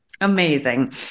Amazing